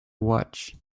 watch